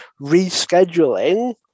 rescheduling